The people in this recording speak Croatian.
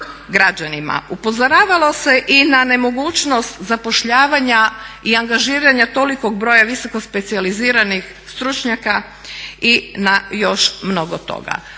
Upozoravalo se i na nemogućnost zapošljavanja i angažiranja tolikog broja visoko specijaliziranih stručnjaka i na još mnogo toga.